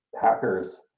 hackers